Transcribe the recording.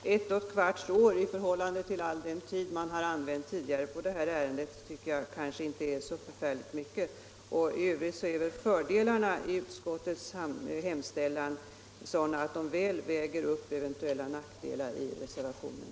Herr talman! Ett och ett kvarts år är i förhållande till all den tid man har använt tidigare på det här ärendet kanske inte så förfärligt mycket. I övrigt är väl fördelarna i utskottets hemställan sådana att de gott väger upp eventuella nackdelar i reservationen.